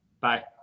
bye